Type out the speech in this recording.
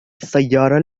السيارة